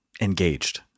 engaged